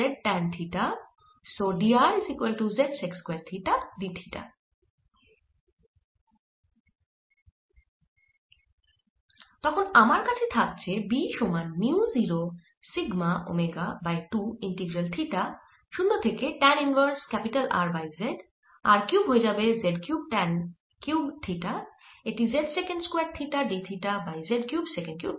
তখন আমার কাছে থাকছে B সমান mu 0 sigma omega by 2 integral theta 0 থেকে tan inverse R by z r cube হয়ে যাবে z cube tan cube theta এটি z secant square theta d theta by z cube secant cube theta